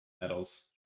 medals